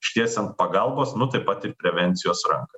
ištiesiant pagalbos nu taip pat ir prevencijos ranką